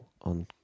on